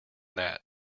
that